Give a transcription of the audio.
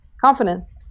confidence